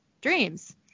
dreams